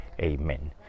Amen